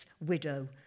widow